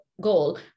goal